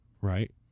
right